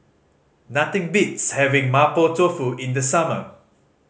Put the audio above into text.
nothing beats having Mapo Tofu in the summer